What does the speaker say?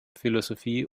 philosophie